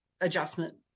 adjustment